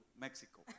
Mexico